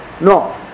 No